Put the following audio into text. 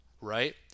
right